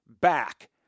back